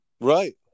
Right